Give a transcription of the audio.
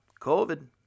COVID